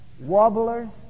wobblers